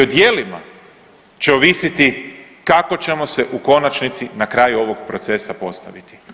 I o djelima će ovisiti kako ćemo se u konačnici na kraju ovog procesa postaviti.